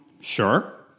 Sure